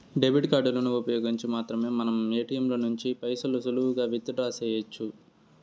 debit కార్డులను ఉపయోగించి మాత్రమే మనం ఏటియంల నుంచి పైసలు సులువుగా విత్ డ్రా సెయ్యొచ్చు